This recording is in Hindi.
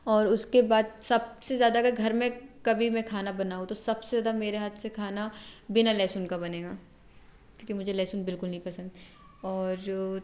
और उसके बाद सबसे ज़्यादा अगर घर में कभी मैं खाना बनाऊँ तो सबसे ज़्यादा मेरे हाथ से खाना बिना लहसुन का बनेगा क्योंकि मुझे लहसुन बिल्कुल नहीं पसंद और जो